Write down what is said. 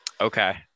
okay